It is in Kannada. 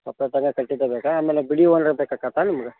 ಸಪ್ರೇಟ್ ಆಗೇ ಕಟ್ಟಿದ್ದೇ ಬೇಕಾ ಆಮೇಲೆ ಬಿಡಿ ಹೂವ ಏನರ ಬೇಕಾಗತ್ತ ನಿಮ್ಗೆ